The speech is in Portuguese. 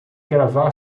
gravar